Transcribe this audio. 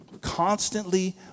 Constantly